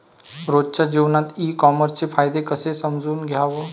रोजच्या जीवनात ई कामर्सचे फायदे कसे समजून घ्याव?